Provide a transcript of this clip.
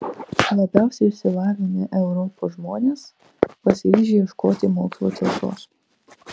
labiausiai išsilavinę europos žmonės pasiryžę ieškoti mokslo tiesos